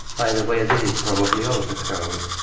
by the way, this is probably also code.